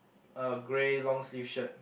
a grey long sleeve shirt